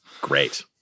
Great